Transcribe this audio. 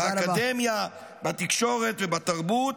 -- באקדמיה, בתקשורת ובתרבות,